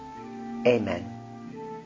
Amen